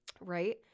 Right